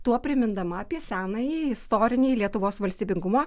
tuo primindama apie senąjį istorinį lietuvos valstybingumo